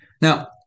Now